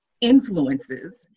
influences